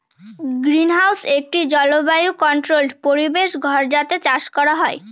greenhouse একটি জলবায়ু controlled পরিবেশ ঘর যাতে চাষ করা হয়